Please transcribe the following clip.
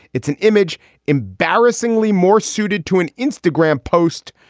it's an image embarrassingly more suited to an instagram post,